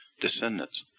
descendants